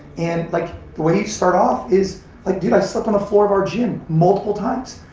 and like the way you start off is like, dude, i slept on the floor of our gym multiple times,